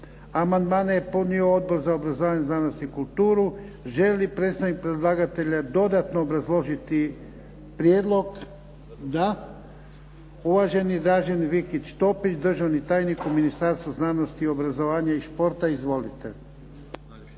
Amandmane je podnio Odbor za obrazovanje, znanost i kulturu. Želi li predstavnik predlagatelja dodatno obrazložiti prijedlog? Da. Uvaženi Dražen Vikić Topić, državni tajnik u Ministarstvu znanosti, obrazovanja i športa. Izvolite.